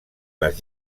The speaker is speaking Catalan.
les